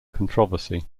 controversy